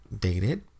Dated